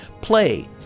play